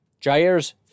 Jair's